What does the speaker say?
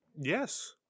Yes